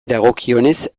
dagokionez